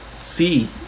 see